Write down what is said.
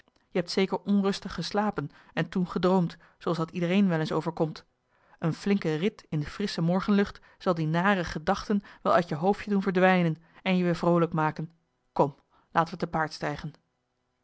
je hebt zeker onrustig geslapen en toen gedroomd zooals dat iedereen wel eens overkomt een flinke rit in de frissche morgenlucht zal die nare gedachten wel uit je hoofdje doen verdwijnen en je weer vroolijk maken kom laten we te paard stijgen